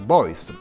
Boys